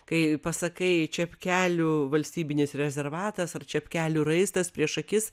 kai pasakai čepkelių valstybinis rezervatas ar čepkelių raistas prieš akis